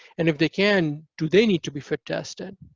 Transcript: and if they can, do they need to be fit tested?